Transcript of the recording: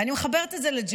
ואני מחברת את זה לג'נין,